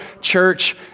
church